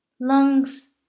lungs